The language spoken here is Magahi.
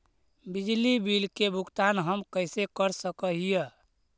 बिजली बिल के भुगतान हम कैसे कर सक हिय?